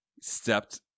stepped